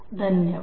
धन्यवाद